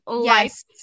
Yes